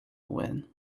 win